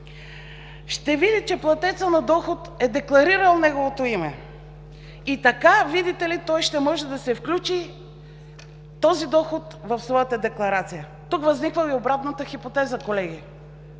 ще види, че платецът на доход е декларирал неговото име и така, видите ли, той ще може да си включи този доход в своята декларация. Тук възниква и обратната хипотеза, колеги.